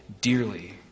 dearly